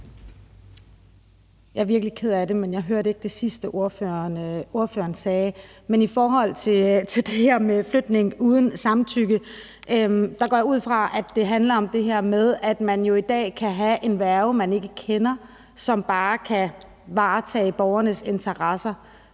Jeg er virkelig ked af det, men jeg hørte ikke det sidste, ordføreren sagde. Men i forhold til det her med flytning uden samtykke går jeg ud fra, at det handler om det her med, at man jo i dag kan have en værge, man ikke kender, og som bare kan varetage borgernes interesser.